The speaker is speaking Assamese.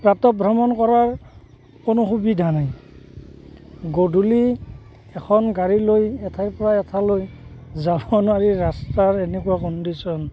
প্ৰাতঃভ্ৰমণ কৰাৰ কোনো সুবিধা নাই গধূলি এখন গাড়ী লৈ এঠাইৰ পৰা এঠাইলৈ যাব নোৱাৰি ৰাস্তাৰ এনেকুৱা কণ্ডিশ্যন